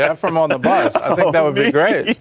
efrem on the bus. i think that would be great.